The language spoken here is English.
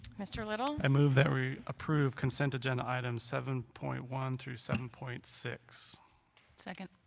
mr. little i move that we approve consent agenda items seven point one thru seven point six second